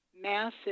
massive